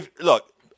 look